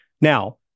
Now